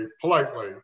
politely